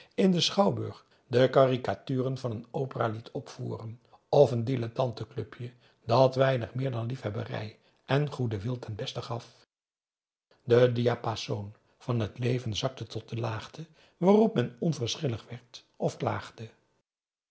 in den schouwburg de carricatuur van een opera liet opvoeren of een dilettanten clubje dat weinig meer dan liefhebberij en goeden wil ten beste gaf de diapason van het leven zakte tot de laagte waarop men onverschillig werd of